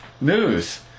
news